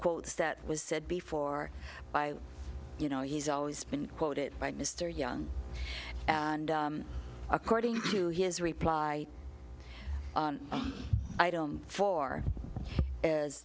quotes that was said before by you know he's always been quoted by mr young and according to his reply on item four is